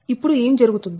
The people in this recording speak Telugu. ఇప్పుడు ఏం జరుగుతుంది